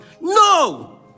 no